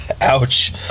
Ouch